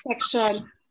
section